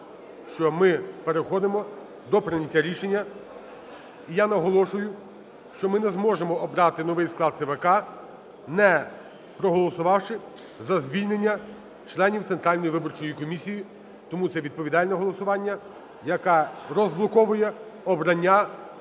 що ми переходимо до прийняття рішення. І я наголошую, що ми не зможемо обрати новий склад ЦВК, не проголосувавши за звільнення членів Центральної виборчої комісії. Тому це відповідальне голосування, яке розблоковує обрання